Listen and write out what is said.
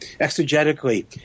exegetically